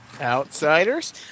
Outsiders